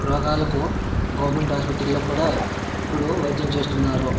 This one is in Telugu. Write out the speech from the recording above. రోగాలకు గవర్నమెంట్ ఆసుపత్రిలో కూడా ఇప్పుడు వైద్యం చేస్తున్నారు